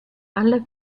alla